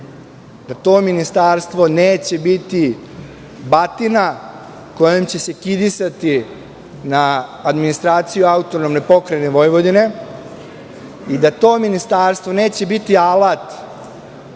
da to ministarstvo neće biti batina kojom će se kidisati na administraciju AP Vojvodine i da to ministarstvo neće biti alat